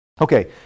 Okay